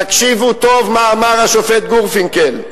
תקשיבו טוב מה אמר השופט גורפינקל: